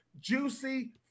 juicy